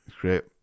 great